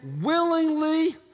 willingly